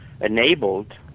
enabled